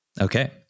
Okay